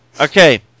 Okay